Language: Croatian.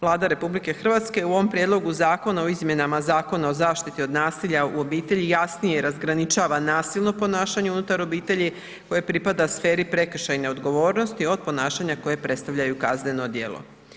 Vlada RH u ovom Prijedlogu zakona o izmjenama Zakona o zaštiti od nasilja u obitelji jasnije razgraničava nasilno ponašanje unutar obitelji koje pripada sferi prekršajne odgovornosti, od ponašanja koje predstavljaju kazneno djelo.